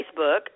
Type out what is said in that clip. Facebook